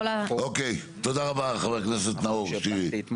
אוקיי, תודה רבה, חבר הכנסת נאור שירי.